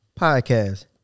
Podcast